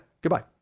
Goodbye